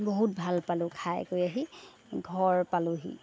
বহুত ভাল পালোঁ খাই কৰি আহি ঘৰ পালোহি